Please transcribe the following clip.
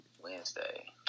Wednesday